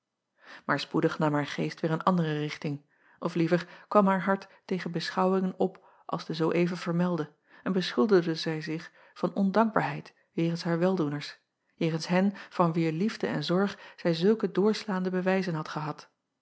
aar spoedig nam haar geest weêr een andere richting of liever kwam haar hart tegen beschouwingen op als de zoo even vermelde en beschuldigde zij zich van ondankbaarheid jegens haar weldoeners jegens hen van wier liefde en zorg zij zulke doorslaande bewijzen had gehad